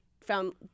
found